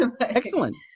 excellent